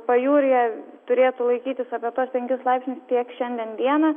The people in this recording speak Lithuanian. pajūryje turėtų laikytis apie tuos penkis laipsnius tiek šiandien dieną